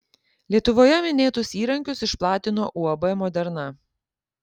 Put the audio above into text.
lietuvoje minėtus įrankius išplatino uab moderna